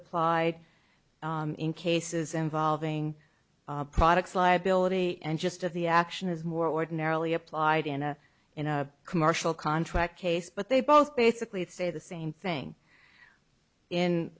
applied in cases involving products liability and just of the action is more ordinarily applied in a in a commercial contract case but they both basically say the same thing in